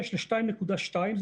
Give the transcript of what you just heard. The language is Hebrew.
6 ל-2.2 רופאים,